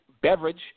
Beverage